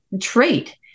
trait